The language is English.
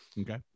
Okay